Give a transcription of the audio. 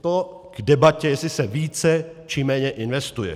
To k debatě, jestli se více, či méně investuje.